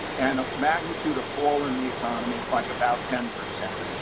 and a magnitude of fall in the economy, like, about ten percent.